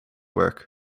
work